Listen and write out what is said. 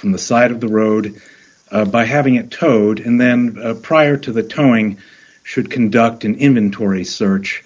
from the side of the road by having it towed and then prior to the towing should conduct an inventory search